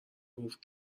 گفت